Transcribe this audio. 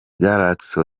galaxy